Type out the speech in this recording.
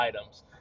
items